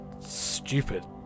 Stupid